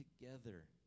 together